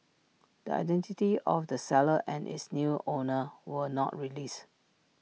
the identity of the seller and its new owner were not released